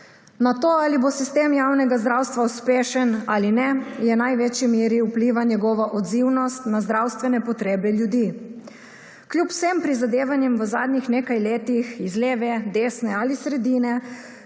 Na to ali bo sistem javnega zdravstva uspešen ali ne, v največji meri vpliva njegova odzivnost na zdravstvene potrebe ljudi. Kljub vsem prizadevanjem v zadnjih nekaj letih iz leve, desne ali sredine,